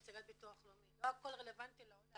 נציגת הביטוח הלאומי, לא הכל רלבנטי לעולה.